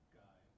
guy